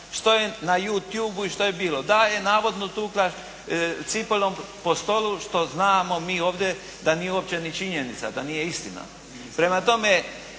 Što je na U-TUBE-u i što je bilo dalje, navodno tukla cipelom po stolu što znamo mi ovdje da nije uopće ni činjenica, da nije istina. Prema tome,